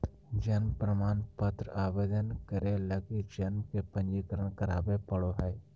जन्म प्रमाण पत्र आवेदन करे लगी जन्म के पंजीकरण करावे पड़ो हइ